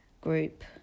group